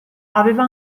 aveva